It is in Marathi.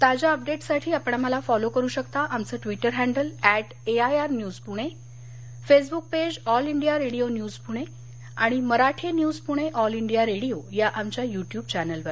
ताज्या अपडेट्ससाठी आपण आम्हाला फॉलो करु शकता आमचं Twitter handle at AIR news Pune Facebook page all India radio news Pune आणि Marathi news Pune all India radio या आमच्या युट्युब चॅनेलवर